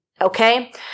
Okay